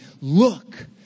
Look